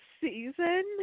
season